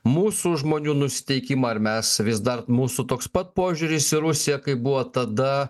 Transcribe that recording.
mūsų žmonių nusiteikimą ar mes vis dar mūsų toks pat požiūris į rusiją kaip buvo tada